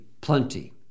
plenty